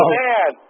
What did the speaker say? man